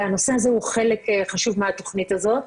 והנושא הזה הוא חלק חשוב מאוד מהתכנית הזאת.